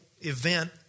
event